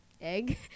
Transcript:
egg